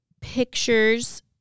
pictures